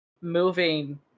moving